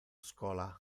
schola